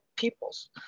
peoples